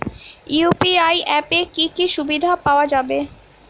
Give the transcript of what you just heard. UPI অ্যাপে কি কি সুবিধা পাওয়া যাবে?